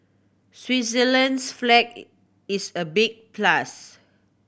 Switzerland's flag is a big plus